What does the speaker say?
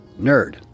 nerd